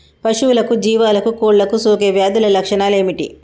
పశువులకు జీవాలకు కోళ్ళకు సోకే వ్యాధుల లక్షణాలు ఏమిటి?